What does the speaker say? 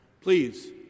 Please